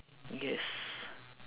yes